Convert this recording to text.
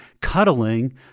cuddling